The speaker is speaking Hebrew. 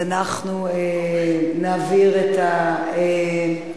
שוועדת הכנסת תדון,